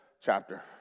chapter